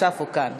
עכשיו הוא כאן.